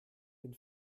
den